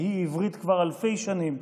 שהיא עברית כבר אלפי שנים,